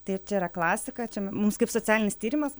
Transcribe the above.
tai ir čia yra klasika mums kaip socialinis tyrimas